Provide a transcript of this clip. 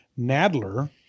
Nadler